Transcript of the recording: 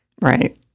right